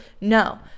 No